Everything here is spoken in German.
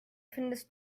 findest